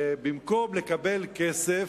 במקום לקבל כסף,